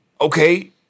Okay